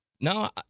No